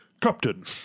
Captain